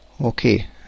Okay